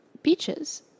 beaches